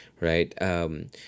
right